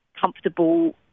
comfortable